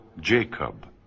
Jacob